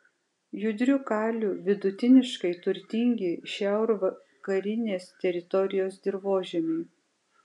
judriu kaliu vidutiniškai turtingi šiaurvakarinės teritorijos dirvožemiai